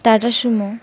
tata Sumo